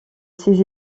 ses